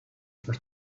for